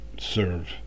serve